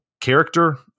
character